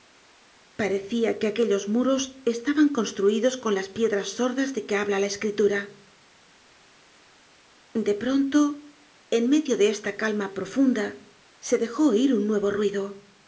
parecia que aquellos muros estaban construidos con la piedras sordas de que habla la escritura de pronto en medio de esta calma profunda se dejó oír un nuevo ruido un